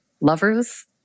lovers